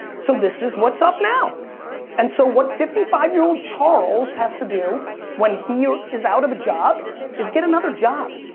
so this is whats up now and so what fifty five year old charles has to do when he is out of a job is get another job.